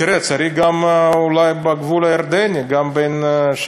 תראה, צריך אולי גם בגבול הירדני, גם שם,